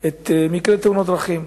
את מקרי תאונות הדרכים,